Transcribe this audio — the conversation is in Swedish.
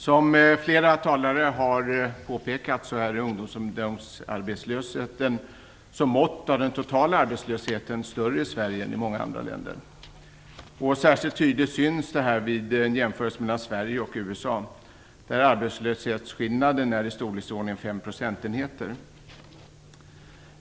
Som flera talarae har påpekat är ungdomsarbetslösheten som mått av den totala arbetslösheten större i Sverige än i många andra länder. Särskilt tydligt syns detta vid en jämförelse mellan Sverige och USA, där arbetslöshetsskillnaden är i storleksordningen fem procentenheter.